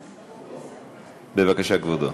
בבקשה, כבודו.